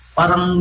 parang